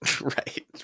Right